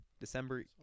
December